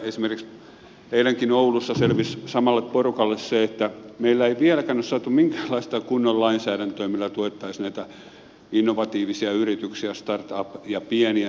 esimerkiksi eilenkin oulussa selvisi samalle porukalle se että meillä ei vieläkään ole saatu minkäänlaista kunnon lainsäädäntöä millä tuettaisiin näitä innovatiivisia yrityksiä startup ja pieniä mikroyrityksiä